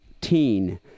teen